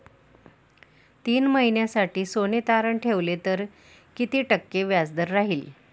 तीन महिन्यासाठी सोने तारण ठेवले तर किती टक्के व्याजदर राहिल?